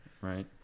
Right